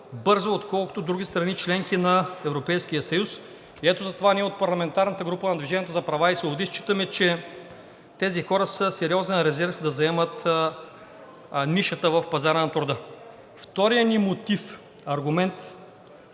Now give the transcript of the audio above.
по-бързо, отколкото други страни – членки на Европейския съюз. Затова ние от парламентарната група на „Движение за права и свободи“ считаме, че тези хора са сериозен резерв да заемат нишата в пазара на труда. Вторият ни мотив и аргумент